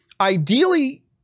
ideally